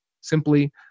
simply